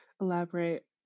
elaborate